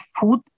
food